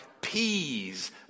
peas